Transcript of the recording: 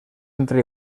entre